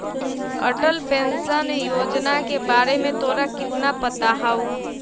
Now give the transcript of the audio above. Atal pension Yojana के बारे में तोरा कितना पता हाउ?